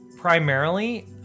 primarily